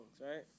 right